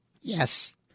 Yes